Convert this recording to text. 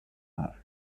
här